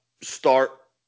start